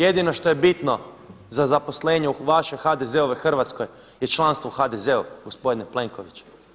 Jedino što je bitno za zaposlenje u vašoj HDZ-ovoj Hrvatskoj je članstvo u HDZ-u gospodine Plenković.